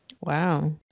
Wow